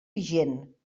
vigent